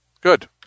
Good